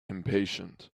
impatient